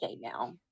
now